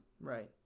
Right